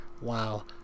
Wow